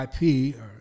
IP